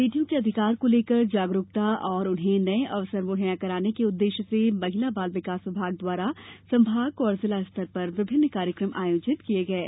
बेटियों के अधिकार को लेकर जागरुकता और उन्हें नए अवसर मुहैया कराने के उद्देश्य से महिला बाल विकास विभाग द्वारा संभाग और जिला स्तर पर विभिन्न कार्यक्रम आयोजित किए गये